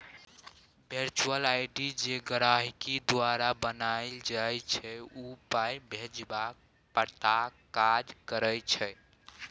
virtual ID जे गहिंकी द्वारा बनाएल जाइ छै ओ पाइ भेजबाक पताक काज करै छै